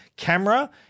Camera